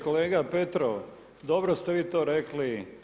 Kolega Petrov, dobro ste vi to rekli.